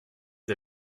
les